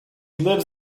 lives